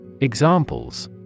Examples